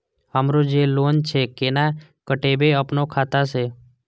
हमरो जे लोन छे केना कटेबे अपनो खाता से?